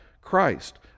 Christ